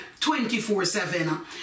24-7